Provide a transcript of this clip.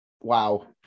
wow